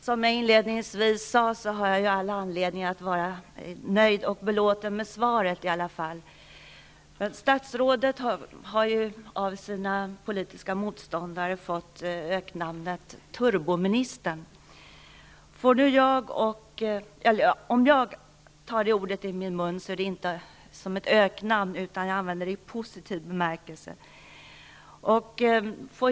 Herr talman! Som jag sade inledningsvis har jag all anledning att vara nöjd och belåten med svaret. Statsrådet har av sina politiska motståndare fått öknamnet ''turboministern''. Jag tar inte det ordet i min mun som ett öknamn, utan jag använder det i positiv bemärkelse.